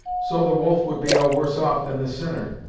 so the wolf would be no worse off than the sinner.